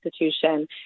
institution